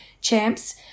Champs